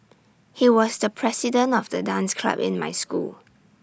he was the president of the dance club in my school